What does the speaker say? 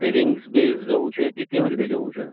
કે saving base જવું છે કે કેવી રીતે જવું છે